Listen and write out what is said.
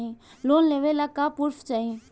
Loan लेवे ला का पुर्फ चाही?